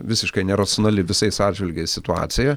visiškai neracionali visais atžvilgiais situacija